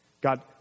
God